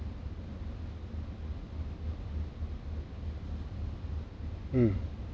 mm